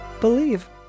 Believe